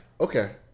Okay